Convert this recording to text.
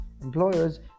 employers